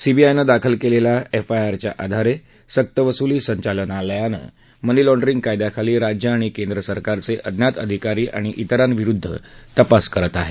सीबीआयनं दाखल केलेल्या एफआयआरच्या आधारे सक्तवसुली संचालनालय मनी लाँड्रिंग कायद्याखाली राज्य आणि केंद्रसरकारचे अज्ञात अधिकारी आणि तिरांविरुद्ध तपास करत आहे